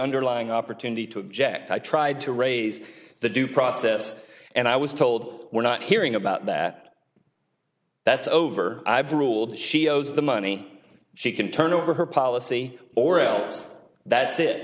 underlying opportunity to object i tried to raise the due process and i was told we're not hearing about that that's over i've ruled she owes the money she can turn over her policy or else that's it